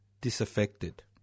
disaffected